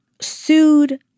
sued